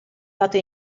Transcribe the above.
dato